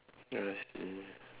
I see